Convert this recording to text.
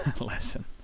lesson